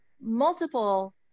multiple